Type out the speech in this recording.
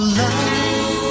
love